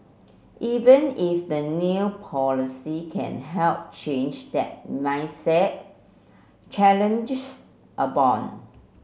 even if the new policy can help change that mindset challenges abound